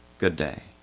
good day.